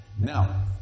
Now